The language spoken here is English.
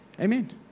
Amen